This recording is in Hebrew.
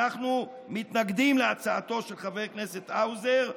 אנחנו מתנגדים להצעתו של חבר הכנסת האוזר,